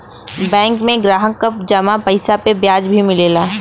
bank में ग्राहक क जमा पइसा पे ब्याज भी मिलला